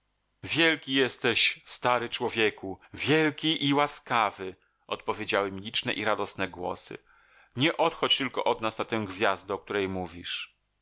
wielki jesteś stary człowieku wielki i łaskawy odpowiedziały mi liczne i radosne głosy nie odchodź tylko od nas na tę gwiazdę o której mówisz